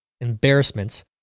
embarrassment